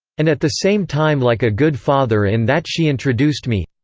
and at the same time like a good father in that she introduced me.